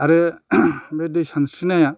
आरो बे दै सानस्रिनाया